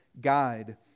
guide